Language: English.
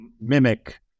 mimic